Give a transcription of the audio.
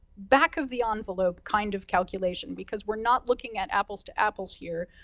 back of the envelope kind of calculation, because we're not looking at apples to apples here.